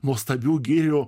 nuostabių gilių